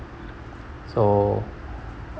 so